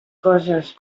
coses